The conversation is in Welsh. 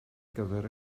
gyfer